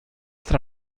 tra